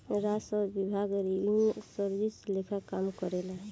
राजस्व विभाग revenue service लेखा काम करेला